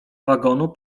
wagonu